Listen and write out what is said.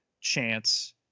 chance